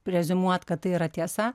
preziumuot kad tai yra tiesa